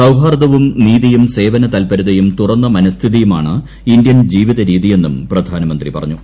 സൌഹാർദവും നീതിയും സേവന തൽപരതയും തുറന്ന മനസ്ഥിതിയുമാണ് ഇന്ത്യൻ ജീവിത രീതിയെന്നും പ്രധാനമന്ത്രി പറഞ്ഞു